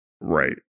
Right